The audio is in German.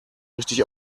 richtig